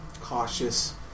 cautious